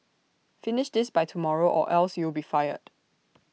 finish this by tomorrow or else you'll be fired